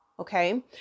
Okay